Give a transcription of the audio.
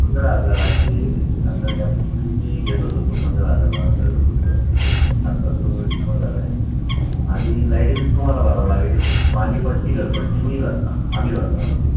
पंधरा हजार आहे आता यापूर्वी मी घेतच होतो पंधरा हजार मला मिळतच होतं आता तो जुना झाला आहे आणि लाईट बील तुम्हाला भरावं लागेल पाणीपट्टी घरपट्टी मी भरणार आम्ही भरणार म्हणजे